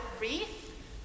wreath